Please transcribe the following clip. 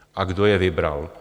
A kdo je vybral.